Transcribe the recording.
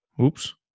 Oops